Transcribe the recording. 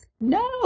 no